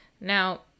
Now